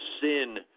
sin